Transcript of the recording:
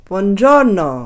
Buongiorno